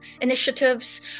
initiatives